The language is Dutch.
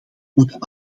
moeten